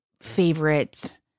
favorite